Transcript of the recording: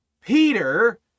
peter